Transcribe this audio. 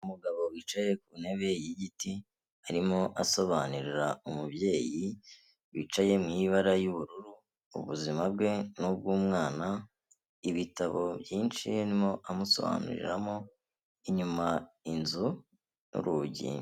Umugabo wicaye ku ntebe y'igiti, arimo asobanurira umubyeyi, wicaye mu iy'ibara y'ubururu, ubuzima bwe n'ubw'umwana, ibitabo byinshi arimo amusobanuriramo, inyuma inzu n'urugi.